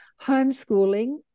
homeschooling